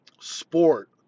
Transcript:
sport